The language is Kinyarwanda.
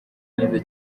neza